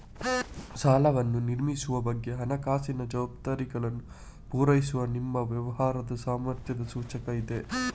ಸಾಲವನ್ನು ನಿರ್ವಹಿಸುವ ಬಗ್ಗೆ ಹಣಕಾಸಿನ ಜವಾಬ್ದಾರಿಗಳನ್ನ ಪೂರೈಸುವ ನಿಮ್ಮ ವ್ಯವಹಾರದ ಸಾಮರ್ಥ್ಯದ ಸೂಚಕ ಇದೆ